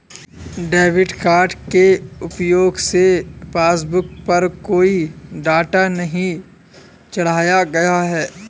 debit card के प्रयोग से पासबुक पर कोई डाटा नहीं चढ़ाया गया है